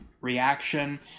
reaction